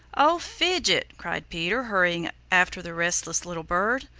oh, fidget! cried peter, hurrying after the restless little bird.